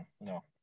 No